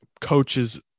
coaches